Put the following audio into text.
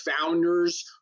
founders